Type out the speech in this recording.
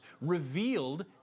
revealed